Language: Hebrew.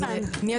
הזמן".